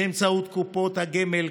באמצעות קופות הגמל,